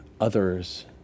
Others